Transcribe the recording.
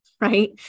right